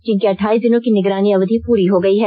जिनके अठाईस दिनों की निगरानी अवधि पूरी हो गई है